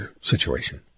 situation